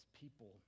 people